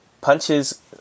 punches